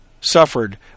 suffered